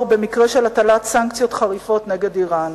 במקרה של הטלת סנקציות חריפות נגד אירן.